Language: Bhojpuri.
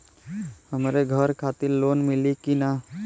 हमरे घर खातिर लोन मिली की ना?